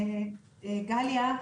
גליה,